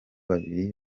babiri